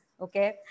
okay